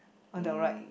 on the right